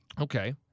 Okay